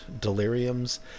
deliriums